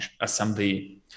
assembly